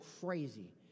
crazy